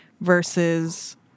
versus